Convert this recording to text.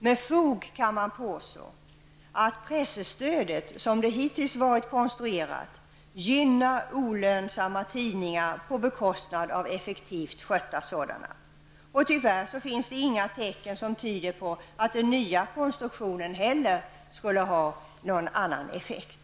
Med fog kan man påstå att presstödet, som detta hittills har varit konstruerat, gynnar olönsamma tidningar på bekostnad av effektivt skötta sådana. Tyvärr finns det ingenting som tyder på att den nya konstruktionen skulle ha en annan effekt.